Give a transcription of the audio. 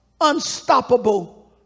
unstoppable